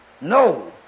no